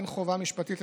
אין חובה משפטית,